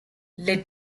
les